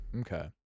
Okay